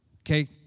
Okay